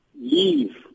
leave